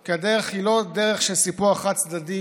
כי הדרך היא לא דרך של סיפוח חד-צדדי